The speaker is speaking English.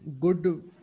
good